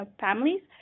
families